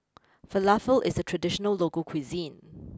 Falafel is a traditional local cuisine